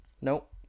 Nope